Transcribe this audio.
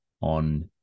on